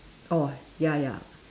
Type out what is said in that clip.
orh ya ya